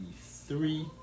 three